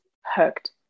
hooked